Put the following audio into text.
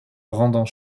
rendant